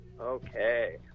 Okay